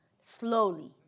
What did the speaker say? slowly